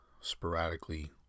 sporadically